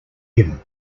him